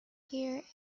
gear